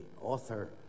author